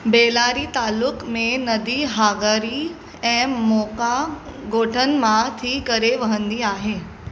बेल्लारी तालुक में नदी हागारी ऐं मोका ॻोठनि मां थी करे वहंदी आहे